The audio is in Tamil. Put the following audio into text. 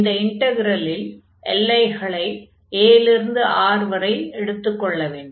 இந்த இன்டக்ரலில் எல்லைகளை a இல் இருந்து R வரை எடுத்துக் கொள்ள வேண்டும்